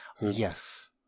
Yes